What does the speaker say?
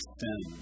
sin